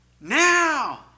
Now